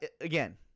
again